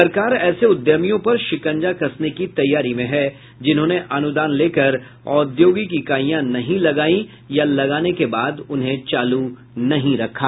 सरकार ऐसे उद्यमियों पर शिकंजा कसने की तैयारी में है जिन्होंने अनुदान लेकर औद्योगिक इकाईयां नहीं लगायीं या लगाने के बाद उनको चालू नहीं रखा